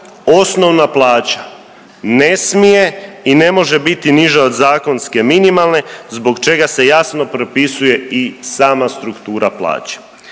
osnovna plaća ne smije i ne može biti od zakonski minimalne zbog čega se jasno propisuje i sama struktura plaće.